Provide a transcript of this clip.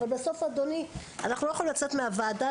אבל בסוף אנחנו לא יכולים לצאת מהוועדה